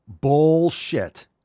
Bullshit